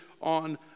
on